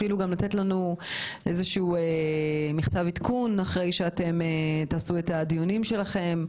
אפילו לתת לנו מכתב עדכון אחרי שתעשו את הדיונים שלכם.